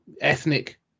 ethnic